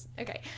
Okay